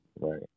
Right